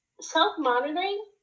self-monitoring